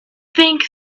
think